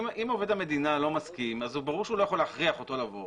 אם עובד המדינה לא מסכים אז ברור שהוא לא יכול להכריח אותו לבוא,